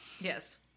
Yes